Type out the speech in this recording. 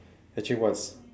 actually what is